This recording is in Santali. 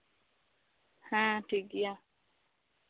ᱦᱮᱸ ᱴᱷᱤᱠ ᱜᱮᱭᱟ